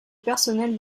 personnel